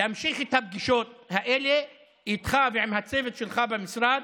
להמשיך את הפגישות האלה איתך ועם הצוות שלך במשרד